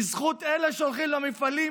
בזכות אלה שהולכים למפעלים,